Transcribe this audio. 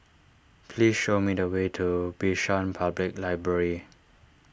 please show me the way to Bishan Public Library